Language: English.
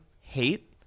hate